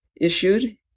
issued